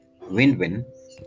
win-win